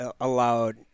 allowed